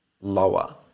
lower